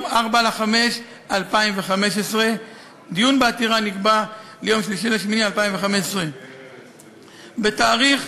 4 במאי 2015. דיון בעתירה נקבע ליום 3 באוגוסט 2015. בתאריך